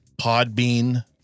Podbean